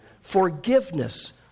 forgiveness